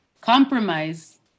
compromise